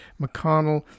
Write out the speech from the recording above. McConnell